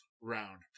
round